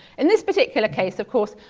in this particular case, of course,